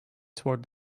toward